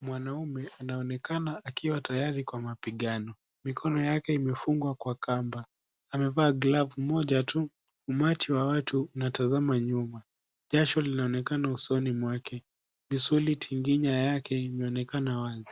Mwanaume anaonekana akiwa tayari kwa mapigano. Mikono yake imefungwa kwa kamba. Amevaa glavu moja tu. Umati wa watu unatazama nyuma. Jasho linaonekana usoni mwake. Misuli tinginya yake imeonekana wazi.